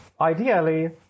ideally